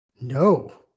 No